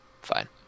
Fine